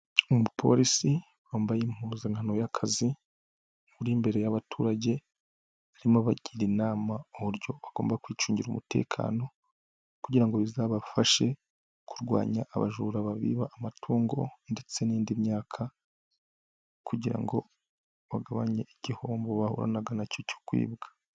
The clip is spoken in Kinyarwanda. Umuporisi wambaye impuzankano y'akazi, uri imbere y'abaturage arimo abagira inama, uburyo bagomba kwicungira umutekano kugira ngo bizabafashe kurwanya abajura babiba amatungo ndetse n'indi myaka kugira ngo bagabanye igihombo bahoranaga nacyo cyo kwibwa.